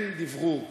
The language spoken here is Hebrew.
אין דברור.